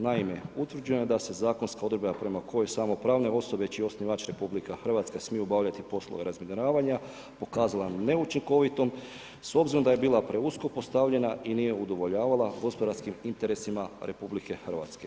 Naime, utvrđeno je da se zakonska odredba prema kojoj samo pravne osobe čiji je osnivač RH smiju obavljati poslove razminiravanja, pokazala se neučinkovitom s obzirom da je bila preusko postavljena i nije udovoljavala gospodarskim interesima RH.